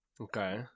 Okay